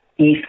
east